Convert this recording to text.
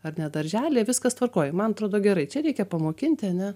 ar ne darželyje viskas tvarkoj man atrodo gerai čia reikia pamokinti ane